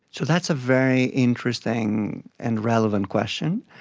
so that's a very interesting and relevant question.